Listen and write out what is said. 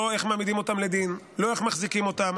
לא איך מעמידים אותם לדין, לא איך מחזיקים אותם.